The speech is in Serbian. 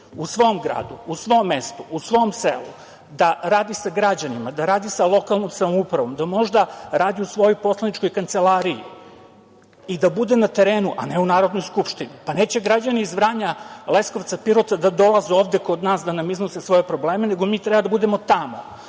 u svom gradu, u svom mestu, u svom selu, da radi sa građanima, da radi sa lokalnom samoupravom, da možda radi u svojoj poslaničkoj kancelariji i da bude na terenu, a ne u Narodnoj skupštini. Neće građani iz Vranja, Leskovca, Pirota da dolaze ovde kod nas da nam iznose svoje probleme, nego mi treba da budemo tamo. Prema